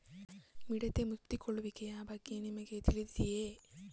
ಮಿಡತೆ ಮುತ್ತಿಕೊಳ್ಳುವಿಕೆಯ ಬಗ್ಗೆ ನಿಮಗೆ ತಿಳಿದಿದೆಯೇ?